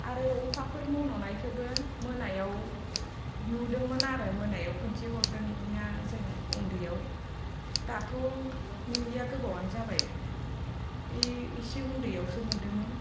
आरो अखाफोर मन'नायखौबो मोनायाव नुदोंमोन आरो मोनायाव खिनथाहरदों बिदिनो जों उन्दैयाव दाथ' नुयिआ गोबावानो जाबाय ओइ इसे उन्दैआवसो नुदोंमोन